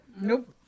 nope